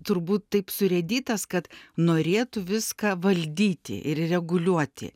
turbūt taip surėdytas kad norėtų viską valdyti ir reguliuoti